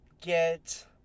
get